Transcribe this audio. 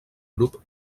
grup